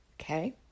Okay